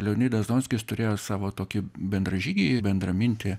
leonidas donskis turėjo savo tokį bendražygį bendramintį